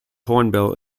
hornbill